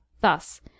Thus